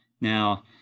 Now